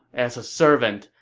as a servant,